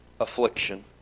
affliction